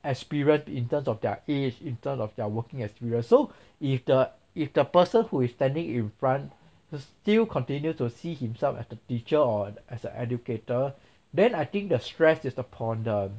experienced in terms of their age in terms of their working experience so if the if the person who is standing in front still continue to see himself as the teacher or as an educator then I think the stress is upon the